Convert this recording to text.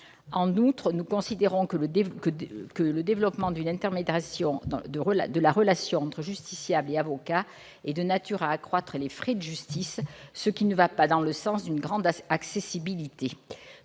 En outre, nous estimons que le développement d'une intermédiation de la relation entre justiciable et avocat est de nature à accroître les frais de justice, ce qui ne va pas dans le sens d'une meilleure accessibilité